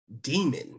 demon